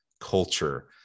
culture